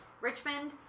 Richmond